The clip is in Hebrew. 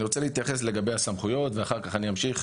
אני רוצה להתייחס לגבי הסמכויות ואחר כך אני אמשיך